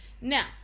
Now